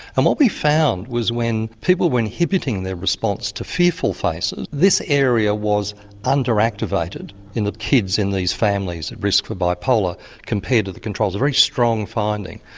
and what we found was when people were inhibiting their response to fearful faces, this area was under-activated in the kids in these families at risk for bipolar compared to the controls a very strong finding.